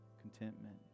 contentment